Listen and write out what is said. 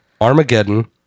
Armageddon